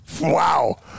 Wow